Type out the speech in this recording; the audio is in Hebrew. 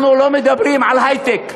אנחנו לא מדברים על היי-טק,